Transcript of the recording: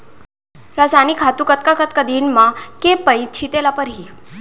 रसायनिक खातू कतका कतका दिन म, के पइत छिंचे ल परहि?